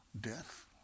Death